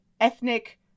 ethnic